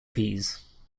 peas